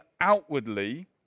outwardly